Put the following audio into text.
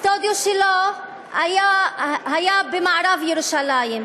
הסטודיו שלו היה במערב ירושלים,